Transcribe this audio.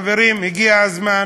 חברים, הגיע הזמן